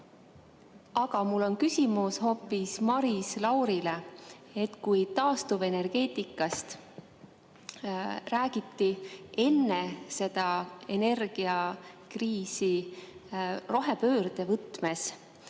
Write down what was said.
Aga mul on küsimus hoopis Maris Laurile. Kui taastuvenergeetikast räägiti enne seda energiakriisi rohepöörde võtmes,